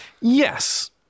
Yes